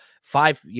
Five